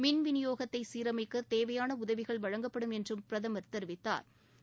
மின் வினியோகத்தை சீரமைக்க தேவையான உதவிகள் வழங்கப்படும் என்றும் பிரதமா் தெரிவித்தாா்